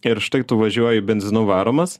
ir štai tu važiuoji benzinu varomas